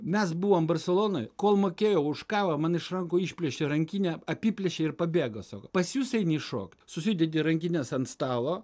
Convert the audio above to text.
mes buvom barselonoj kol mokėjo už kavą man iš rankų išplėšė rankinę apiplėšė ir pabėgo sako pas jus eini šokt susidedi rankines ant stalo